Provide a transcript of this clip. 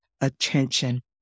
attention